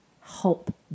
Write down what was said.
help